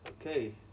Okay